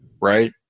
right